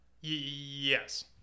Yes